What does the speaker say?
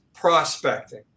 prospecting